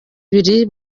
ibiri